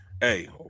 Hey